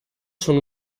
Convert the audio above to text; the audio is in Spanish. son